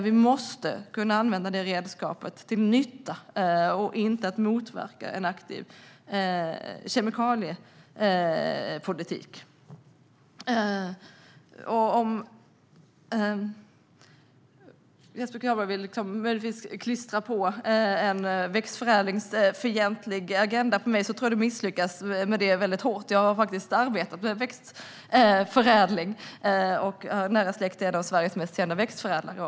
Vi måste kunna använda detta redskap till nytta och inte motverka en aktiv kemikaliepolitik. Jesper Skalberg tycks vilja klistra på en växtförädlingsfientlig agenda på mig, men det tror jag att han misslyckas med ordentligt. Jag har faktiskt arbetat med växtförädling och är nära släkt till en av Sveriges mest kända växtförädlare.